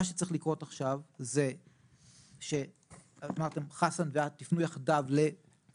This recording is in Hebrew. מה צריך לקרות עכשיו זה שחסן ואת תפנו יחדיו --- אבל,